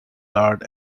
guard